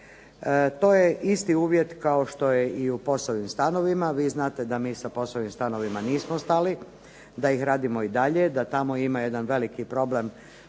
To je isti uvjet kao što je i u POS-ovim stanovima. Vi znate da mi sa POS-ovim stanovima nismo stali, da ih radimo i dalje, da tamo ima jedan veliki problem